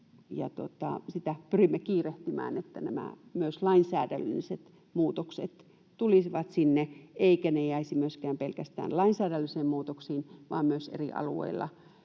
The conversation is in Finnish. sitä pyrimme kiirehtimään, että myös nämä lainsäädännölliset muutokset tulisivat sinne — eivätkä ne jäisi myöskään pelkästään lainsäädännöllisiin muutoksiin, vaan myös eri alueilla,